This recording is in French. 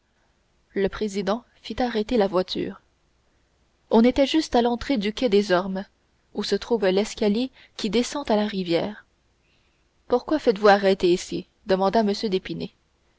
le président fit arrêter la voiture on était juste à l'entrée du quai des ormes où se trouve l'escalier qui descend à la rivière pourquoi faites-vous arrêter ici demanda